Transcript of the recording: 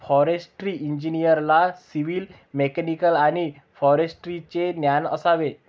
forestry इंजिनिअरला civil, mechanical आणि फॉरेस्ट्रीचे ज्ञान असावे